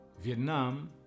Vietnam